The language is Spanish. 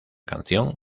canción